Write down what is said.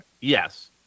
yes